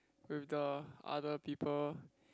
with the other people